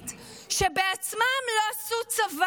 מי עוד חוץ מבן גביר, שיש לו 50 זיכויים?